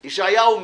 ישעיהו,